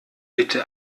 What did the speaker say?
bitte